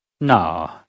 no